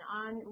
on